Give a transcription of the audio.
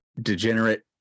degenerate